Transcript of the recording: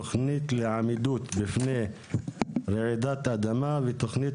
(תכנית לעמידות בפני רעידת אדמה ותכנית